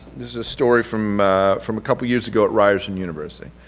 this is a story from from a couple years ago at reyerson university.